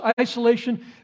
isolation